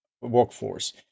workforce